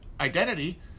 identity